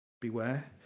Beware